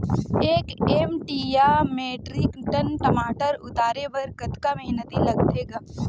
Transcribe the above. एक एम.टी या metric ton टमाटर उतारे बर कतका मेहनती लगथे ग?